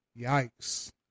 Yikes